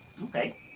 Okay